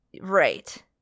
right